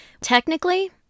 Technically